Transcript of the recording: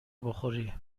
بخوری